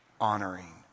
honoring